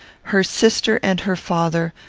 her sister and her father,